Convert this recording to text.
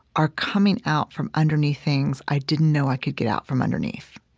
are coming out from underneath things i didn't know i could get out from underneath.